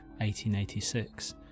1886